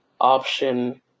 option